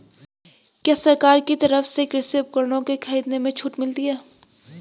क्या सरकार की तरफ से कृषि उपकरणों के खरीदने में छूट मिलती है?